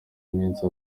iminsi